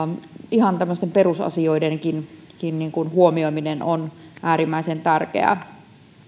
ihan tämmöisten perusasioidenkin huomioiminen on äärimmäisen tärkeää